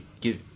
give